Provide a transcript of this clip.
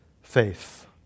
Faith